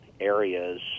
areas